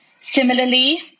Similarly